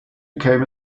became